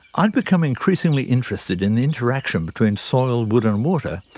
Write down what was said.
i'd become increasingly interested in the interaction between soil, wood and water,